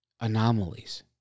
anomalies